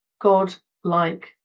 God-like